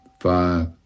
five